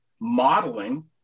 modeling